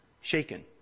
shaken